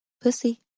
Pussy